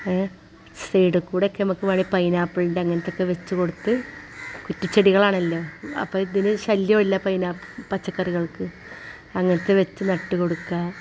സൈഡിൽ കൂടി ഒക്കെ നമുക്ക് വേണമെങ്കിൽ പൈനാപ്പിളിൻ്റെ അങ്ങനത്തെ ഒക്കെ വെച്ചു കൊടുത്ത് കുറ്റി ചെടികൾ ആണ് എല്ലാം അപ്പോൾ ഇതിനു ശല്യം ഇല്ല അപ്പോൾ അതിന് അപ്പ് പച്ചകറികൾക്ക് അങ്ങനത്തെ വെച്ചു തട്ടുകൊടുക്കുക